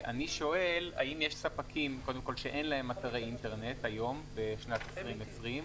אני שואל האם יש ספקים שאין להם אתרי אינטרנט היום בשנת 2020?